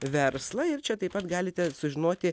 verslą ir čia taip pat galite sužinoti